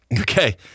okay